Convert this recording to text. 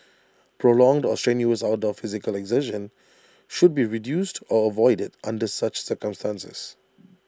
prolonged or strenuous outdoor physical exertion should be reduced or avoided under such circumstances